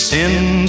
Send